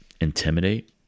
intimidate